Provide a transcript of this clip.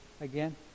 again